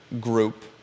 group